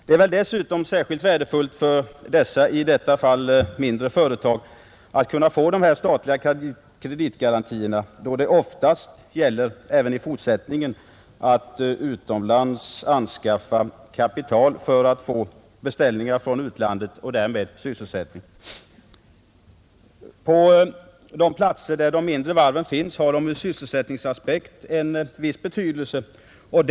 Dessutom är det särskilt värdefullt för dessa mindre företag att kunna få sådana statliga kreditgarantier, då det för dem oftast — även i fortsättningen — gäller att utomlands anskaffa kapital för att därigenom få beställningar från utlandet och därmed sysselsättning. På de platser där mindre varv finns har garantierna alltså en viss betydelse ur sysselsättningsaspekt.